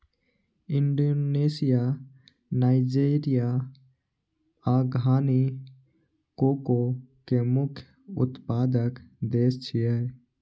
Indonesia, Nigeria आ Ghana cocoa के मुख्य उत्पादक देश छियै